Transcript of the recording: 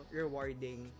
rewarding